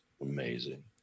amazing